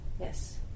Yes